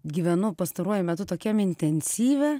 gyvenu pastaruoju metu tokiam intensyve